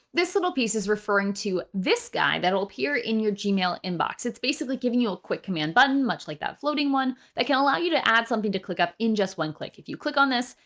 this little piece is referring to this guy that will appear in your gmail inbox. it's basically giving you a quick command button, much like that floating one that can allow you to add something to clickup in just one click. if you click on this,